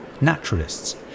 naturalists